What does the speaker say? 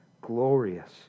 glorious